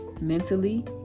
mentally